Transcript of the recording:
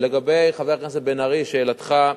לגבי חבר הכנסת בן-ארי, לשאלתך,